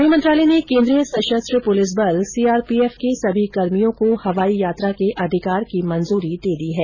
गृह मंत्रालय ने केन्द्रीय सशस्त्र पुलिस बल सीआरपीएफ के सभी कर्मियों को हवाई यात्रा के अधिकार की मंजूरी दे दी है